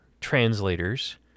translators